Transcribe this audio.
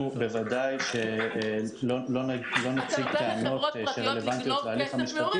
אנחנו בוודאי לא נציג את העמדות שרלוונטיות להליך המשפטי.